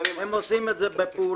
הם עושים את זה בפעולה.